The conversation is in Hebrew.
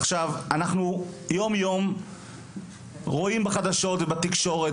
עכשיו אנחנו יומיום רואים בחדשות ובתקשורת